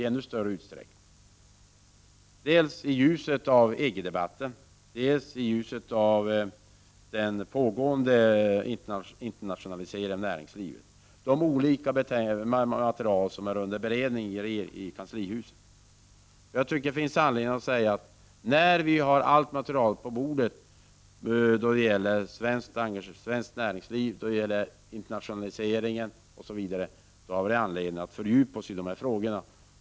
Den diskussionen kommer att ske i ljuset av EG-debatten och de olika material som är under beredning inom kanslihuset. När vi har allt material på bordet om svenskt näringsliv och internationaliseringen har vi anledning att fördjupa oss i dessa frågor.